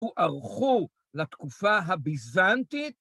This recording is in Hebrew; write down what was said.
‫הוערכו לתקופה הביזנטית